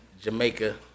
Jamaica